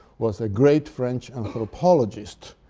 was a great french anthropologist,